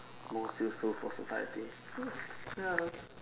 most useful for society